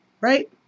Right